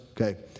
okay